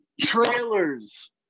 trailers